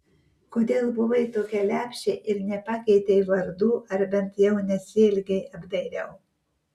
kodėl buvai tokia lepšė ir nepakeitei vardų ar bent jau nesielgei apdairiau